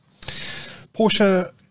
Porsche